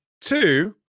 two